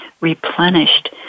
replenished